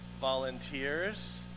volunteers